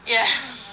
ya